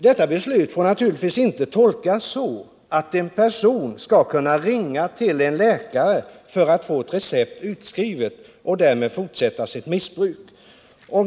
Detta beslut får naturligtvis inte tolkas så att en person skall kunna ringa till läkare för att få ett recept utskrivet och därmed fortsätta sitt missbruk.